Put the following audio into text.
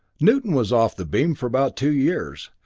newton was off the beam for about two years.